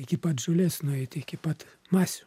iki pat žolės nueiti iki pat masių